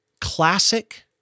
classic